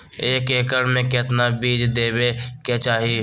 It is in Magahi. एक एकड़ मे केतना बीज देवे के चाहि?